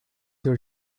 your